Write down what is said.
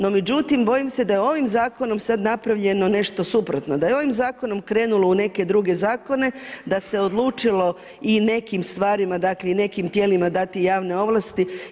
No međutim, bojim se da je ovim zakonom sad napravljeno nešto suprotno, da je ovim zakonom krenulo u neke druge zakone da se odlučilo i nekim stvarima, dakle i nekim tijelima dati javne ovlasti.